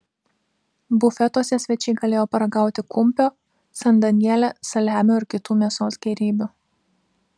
bufetuose svečiai galėjo paragauti kumpio san daniele saliamio ir kitų mėsos gėrybių